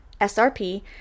SRP